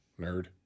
Nerd